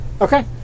Okay